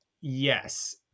yes